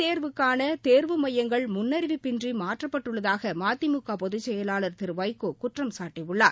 தேர்வுக்கான தேர்வு மையங்கள் முன்னறிவிப்பின்றி மாற்றப்பட்டுள்ளதாக மதிமுக நீட் பொதுச்செயலாளர் திரு வைகோ குற்றம் சாட்டியுள்ளார்